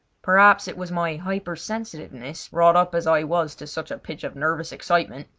perhaps it was my hyper-sensitiveness, wrought up as i was to such a pitch of nervous excitement,